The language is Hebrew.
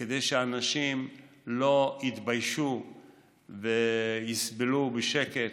כדי שאנשים לא יתביישו ויסבלו בשקט,